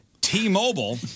T-Mobile